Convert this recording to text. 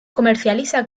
comercializa